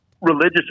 religious